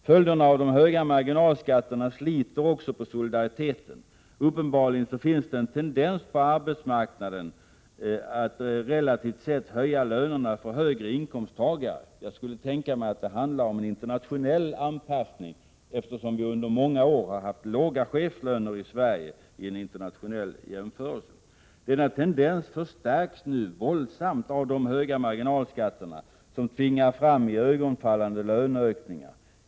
Följderna av de höga marginalskatterna sliter också på solidariteten. Uppenbarligen finns det en tendens på arbetsmarknaden att relativt sett höja lönerna för högre inkomsttagare. Jag skulle kunna tänka mig att det handlar om en internationell anpassning, eftersom vi under många år har haft låga cheflöner i Sverige vid en internationell jämförelse. Denna tendens förstärks nu våldsamt av de höga marginalskatterna, som tvingar fram iögonenfallande löneökningar.